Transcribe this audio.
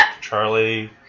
Charlie